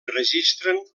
registren